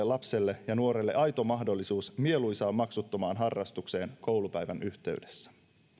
lapselle ja nuorelle aito mahdollisuus mieluisaan maksuttomaan harrastukseen koulupäivän yhteydessä